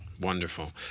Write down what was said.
Wonderful